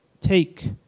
Take